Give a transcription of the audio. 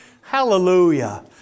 hallelujah